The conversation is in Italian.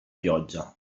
pioggia